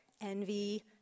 Envy